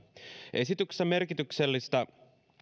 esityksessä merkityksellistä